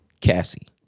Cassie